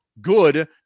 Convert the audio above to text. good